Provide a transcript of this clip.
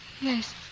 Yes